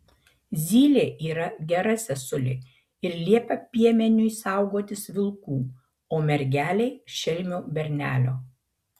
zylė yra gera sesulė ir liepia piemeniui saugotis vilkų o mergelei šelmio bernelio